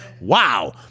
Wow